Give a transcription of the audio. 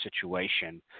situation